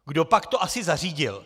Kdopak to asi zařídil?